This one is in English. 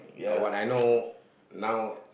what I know now